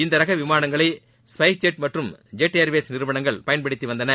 இந்த ரக விமானங்களை ஸ்பைஸ் ஜெட் மற்றும் ஜெட் ஏர்வேஸ் நிறுவனங்கள் பயன்படுத்தி வந்தன